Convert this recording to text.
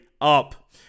up